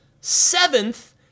seventh